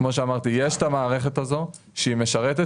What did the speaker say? כמו שאמרתי יש את המערכת הזאת שהיא משרתת